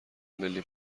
ملی